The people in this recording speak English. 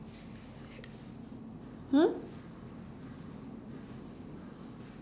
hmm